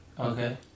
Okay